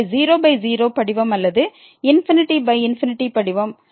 எனவே 00 படிவம் அல்லது ∞∞ படிவம்